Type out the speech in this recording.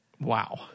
Wow